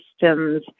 systems